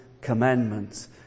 commandments